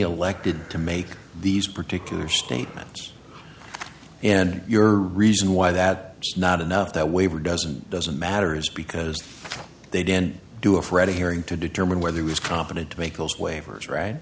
elected to make these particular statements and your reason why that is not enough that waiver doesn't doesn't matter is because they didn't do a fred a hearing to determine whether it was competent to make those waivers right